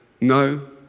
no